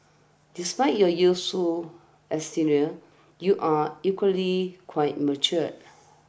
despite your youthful exterior you are equally quite mature